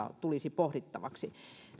tulisi pohdittavaksi